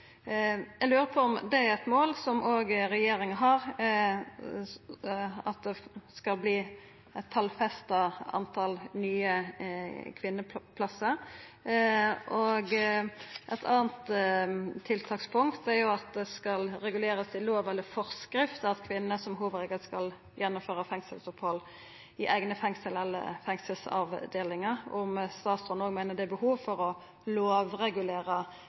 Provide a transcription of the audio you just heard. Eg lurer på om det er eit mål som òg regjeringa har, at det skal verta eit fast tal nye kvinneplassar. Eit anna tiltakspunkt er at det skal regulerast i lov eller forskrift at kvinner som hovudregel skal gjennomføra fengselsopphald i eigne fengselsavdelingar. Meiner statsråden òg at det er behov for å